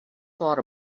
thought